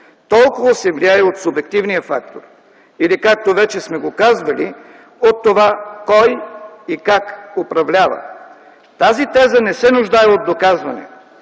толкова се влияе и от субективния фактор или, както вече сме го казвали, от това кой и как управлява. Тази теза не се нуждае от доказване.